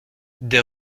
des